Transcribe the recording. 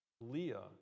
Leah